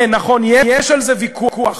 כן, נכון, יש על זה ויכוח.